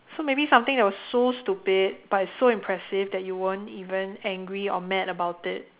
so maybe something that was so stupid but it's so impressive that you weren't even angry or mad about it